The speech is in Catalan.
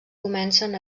comencen